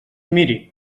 miri